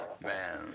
Man